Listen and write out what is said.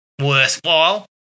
worthwhile